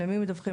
למי מדווחים,